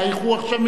תודה.